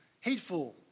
Hateful